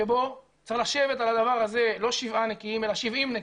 שבו צריך לשבת על הדבר הזה לא שבעה נקיים או שבעים נקיים,